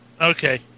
Okay